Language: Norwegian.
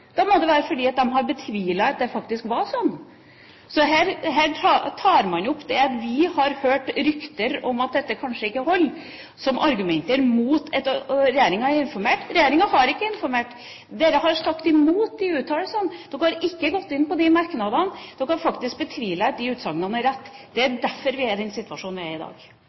Da må det være fordi de har betvilt at det faktisk er slik. Så her bruker man det at vi har hørt rykter om at dette kanskje ikke holder, som argument mot at regjeringa har informert. Regjeringa har ikke informert. Dere har argumentert mot disse uttalelsene. Dere har ikke gått inn på disse merknadene. Dere har faktisk betvilt at disse utsagnene er rett. Det er derfor vi er i den situasjonen vi er i i dag.